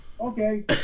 okay